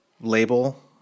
label